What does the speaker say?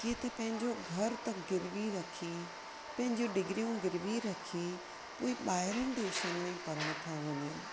के त पहिंजो घर त गिरवी रखे पहिंजीयूं डिग्रीयु गिरवी रखे पोए बाहिरनि देशनि मे पढण था वञनि